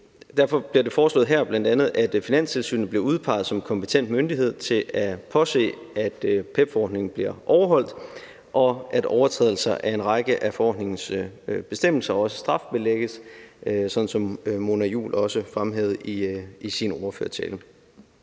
Derfor bliver det bl.a. foreslået her, at Finanstilsynet bliver udpeget som kompetent myndighed til at påse, at PEPP-forordningen bliver overholdt, og at overtrædelser af en række af forordningens bestemmelser strafbelægges, sådan som Mona Juul også fremhævede i sin ordførertale.